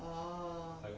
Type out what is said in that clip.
orh